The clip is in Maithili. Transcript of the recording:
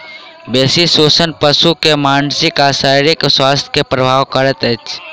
बेसी शोषण पशु के मानसिक आ शारीरिक स्वास्थ्य के प्रभावित करैत अछि